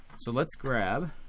so let's grab